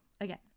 again